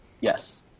Yes